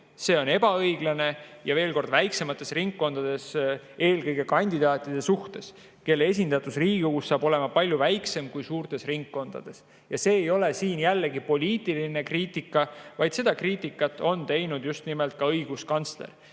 See on ebaõiglane – eelkõige väiksemates ringkondades – kandidaatide suhtes, kelle esindatus Riigikogus saab olema palju väiksem kui suurtes ringkondades. Jällegi, see ei ole poliitiline kriitika, vaid seda on kritiseerinud just nimelt ka õiguskantsler.